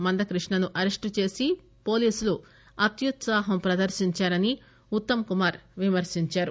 మందకృష్ణను arrest చేసి పోలీసులు అత్యుత్సాహం ప్రదర్నించారని ఉత్తమ్ కుమార్ రెడ్లి విమర్నించారు